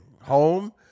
Home